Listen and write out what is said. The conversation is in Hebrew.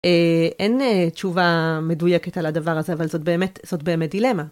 אין תשובה מדויקת על הדבר הזה אבל זאת באמת זאת באמת דילמה.